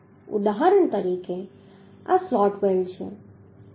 ઉદાહરણ તરીકે આ સ્લોટ વેલ્ડ છે